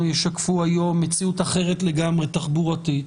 ישקפו היום מציאות אחרת לגמרי תחבורתית,